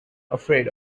afraid